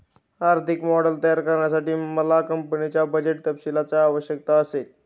आर्थिक मॉडेल तयार करण्यासाठी मला कंपनीच्या बजेट तपशीलांची आवश्यकता असेल